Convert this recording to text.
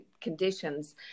conditions